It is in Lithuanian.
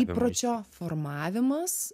įpročio formavimas